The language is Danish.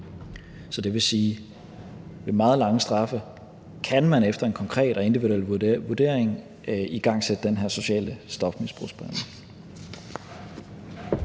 Så det vil sige, at man ved meget lange straffe efter en konkret og individuel vurdering kan igangsætte den her sociale stofmisbrugsbehandling.